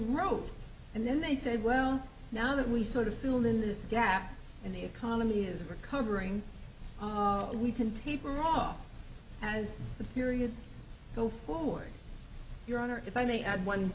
wrote and then they said well now that we sort of fill in this gap in the economy is recovering we can taper off as the period go forward your honor if i may add one